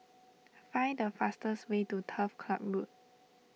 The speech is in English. find the fastest way to Turf Club Road